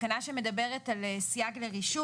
התקנה שמדברת על סייג לרישום,